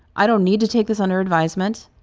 i don't need to take this under advisement,